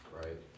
right